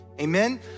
Amen